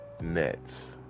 Nets